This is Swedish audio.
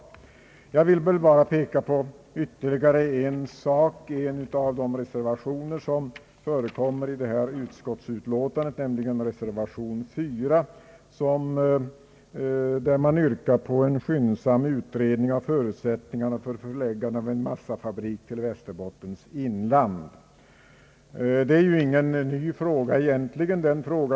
I en av de reservationer som fogats till detta utskottsutlåtande, nämligen reservation 4, yrkas på en skyndsam ut redning av förutsättningarna för förläggande av en massafabrik till Västerbottens inland. Det är egentligen ingen ny fråga.